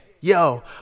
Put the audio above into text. yo